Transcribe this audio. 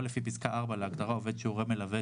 לפי פסקה (4) להגדרה "עובד שהוא הורה מלווה",